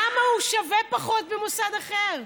למה הוא שווה פחות במוסד אחר?